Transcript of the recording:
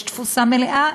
יש תפוסה מלאה,